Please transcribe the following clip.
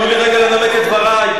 תנו לי רגע לנמק את דברי.